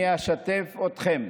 אני אשתף אתכם,